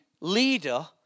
leader